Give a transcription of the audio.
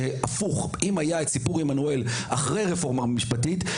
היה את סיפור עמנואל אחרי הרפורמה המשפטית,